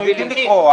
אנחנו יודעים לקרוא,